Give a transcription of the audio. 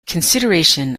consideration